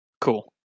Cool